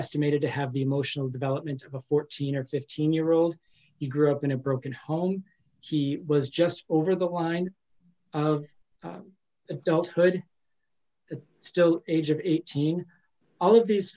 nated to have the emotional development of a fourteen or fifteen year old he grew up in a broken home she was just over the line of adulthood that still age of eighteen all of these